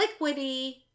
liquidy